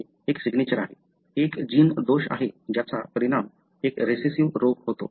हे एक सिग्नेचर आहे एक जीन दोष आहे ज्याचा परिणाम एक रेसेसिव्ह रोग होतो